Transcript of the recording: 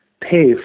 pay